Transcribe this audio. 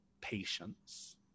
Patience